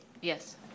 Yes